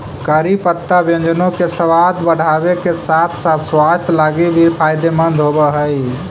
करी पत्ता व्यंजनों के सबाद बढ़ाबे के साथ साथ स्वास्थ्य लागी भी फायदेमंद होब हई